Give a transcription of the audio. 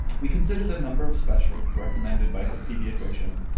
we considered a number of specialists recommended by her pediatrician.